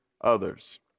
others